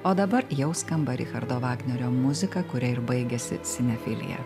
o dabar jau skamba richardo vagnerio muzika kuria ir baigiasi sinefilija